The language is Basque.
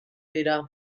dira